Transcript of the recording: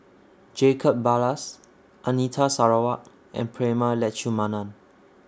Jacob Ballas Anita Sarawak and Prema Letchumanan